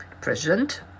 president